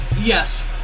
Yes